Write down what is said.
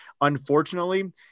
Unfortunately